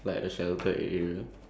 um